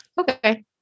Okay